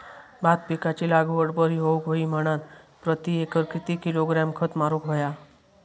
भात पिकाची लागवड बरी होऊक होई म्हणान प्रति एकर किती किलोग्रॅम खत मारुक होया?